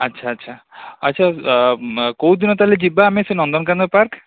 ଆଚ୍ଛା ଆଚ୍ଛା ଆଚ୍ଛା କେଉଁ ଦିନ ତା'ହେଲେ ଆମେ ଯିବା ସେ ନନ୍ଦନକାନନ ପାର୍କ